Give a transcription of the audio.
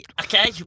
Okay